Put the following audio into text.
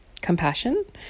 compassion